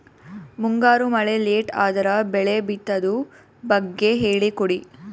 ಮುಂಗಾರು ಮಳೆ ಲೇಟ್ ಅದರ ಬೆಳೆ ಬಿತದು ಬಗ್ಗೆ ಹೇಳಿ ಕೊಡಿ?